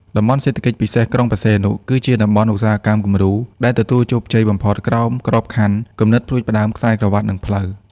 តំបន់សេដ្ឋកិច្ចពិសេសក្រុងព្រះសីហនុ គឺជាតំបន់ឧស្សាហកម្មគំរូដែលទទួលជោគជ័យបំផុតក្រោមក្របខ័ណ្ឌ គំនិតផ្ដួចផ្ដើមខ្សែក្រវាត់ និងផ្លូវ។